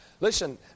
Listen